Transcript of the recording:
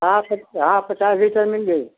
हाँ पच हाँ पचास लीटर मिल जाई